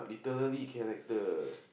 literary character